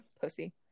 Pussy